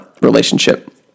relationship